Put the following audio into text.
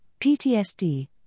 PTSD